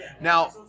now